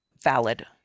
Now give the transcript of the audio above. valid